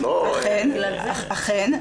אכן.